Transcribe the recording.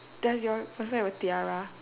does your person have a tiara